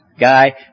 guy